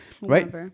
right